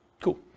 Cool